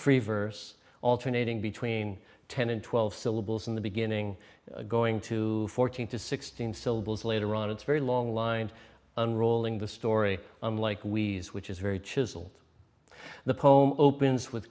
free verse alternating between ten and twelve syllables in the beginning going to fourteen to sixteen syllables later on it's very long lined unrolling the story unlike weeds which is very chiseled the poem opens with